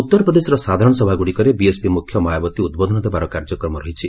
ଉତ୍ତରପ୍ରଦେଶର ସାଧାରଣସଭା ଗୁଡ଼ିକରେ ବିଏସ୍ପି ମୁଖ୍ୟ ମାୟାବତୀ ଉଦ୍ବୋଧନ ଦେବାର କାର୍ଯ୍ୟକ୍ରମ ରହିଛି